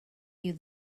you